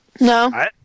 No